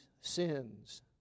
sins